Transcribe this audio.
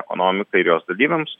ekonomikai ir jos dalyviams